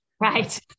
Right